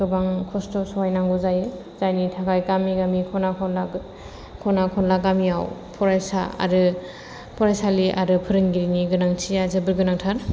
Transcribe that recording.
गोबां खस्थ' सहायनांगौ जायो जायनि थाखाय गामि गामि खना खनला खना खनला गामियाव फरायसा आरो फरायसालि आरो फोरोंगिरिनि गोनांथिया जोबोर गोनांथार